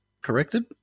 corrected